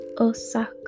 Osaka